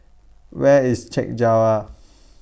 Where IS Chek Jawa